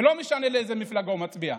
ולא משנה לאיזו מפלגה הוא מצביע,